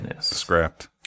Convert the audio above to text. scrapped